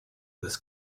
was